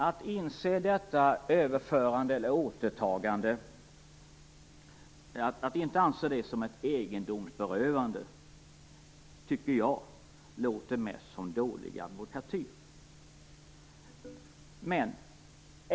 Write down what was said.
Att inte anse detta överförande eller återtagande som ett egendomsberövande tycker jag mest låter som dålig advokatyr.